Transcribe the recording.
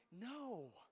No